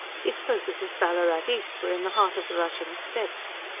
he spoke as if ballarat east were in the heart of the russian steppes.